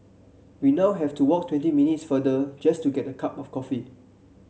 we now have to walk twenty minutes further just to get a cup of coffee